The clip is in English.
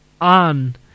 on